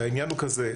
העניין הוא כזה,